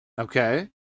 Okay